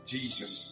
Jesus